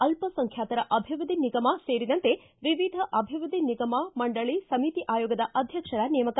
ಅಲ್ಲ ಸಂಖ್ಯಾತರ ಅಭಿವೃದ್ಧಿ ನಿಗಮ ಸೇರಿದಂತೆ ವಿವಿಧ ಅಭಿವೃದ್ಧಿ ನಿಗಮ ಮಂಡಳಿ ಸಮಿತಿ ಆಯೋಗದ ಅಧ್ಯಕ್ಷರ ನೇಮಕ